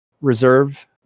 reserve